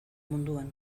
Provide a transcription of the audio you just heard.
munduan